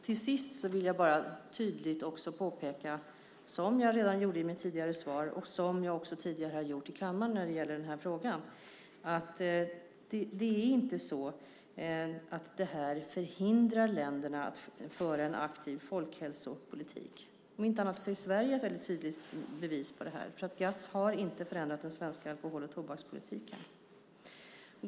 Till sist vill jag bara tydligt påpeka, som jag redan gjorde i mitt svar och som jag tidigare har gjort i kammaren när det gäller den här frågan, att det inte är så att det här förhindrar länderna att föra en aktiv folkhälsopolitik. Om inte annat är Sverige ett väldigt tydligt bevis på det, för GATS har inte förändrat den svenska alkohol och tobakspolitiken.